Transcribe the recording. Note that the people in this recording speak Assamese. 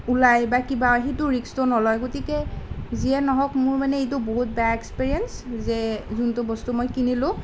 ওলায় বা কিবা সেইটো ৰিক্সটো নলয় গতিকে যিয়ে নহওক মোৰ মানে এইটো বহুত বেয়া এক্সপেৰিয়েঞ্চ যে যোনটো বস্তু মই কিনিলোঁ